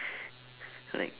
like